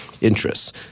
interests